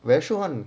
very shiok [one]